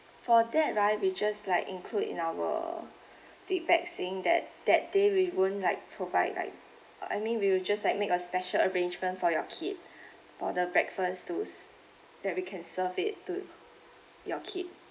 for that right we just like include in our feedback saying that that day we won't like provide like I mean we will just like make a special arrangement for your kid for the breakfast to that we can serve it to your kids